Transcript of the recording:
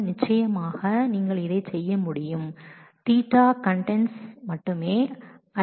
நிச்சயமாக நீங்கள் இதை செய்ய முடியும் Ɵ கன்டென்ட்ஸ் E1 அட்ட்ரிபூட் என்பதில் இருந்து மட்டுமே